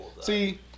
see